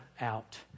out